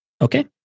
Okay